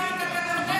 אתה היית נגד החוק